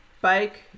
bike